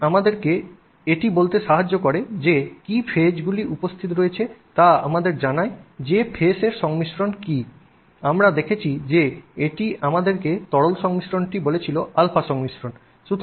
এটি আমাদেরকে এটি বলতে সাহায্য করে যে কী ফেজগুলি উপস্থিত রয়েছে তা আমাদের জানায় যে ফেস এর সংমিশ্রণটি কী আমরা দেখেছি যে এটি আমাদেরকে তরল সংমিশ্রণটি বলেছিল α সংমিশ্রণ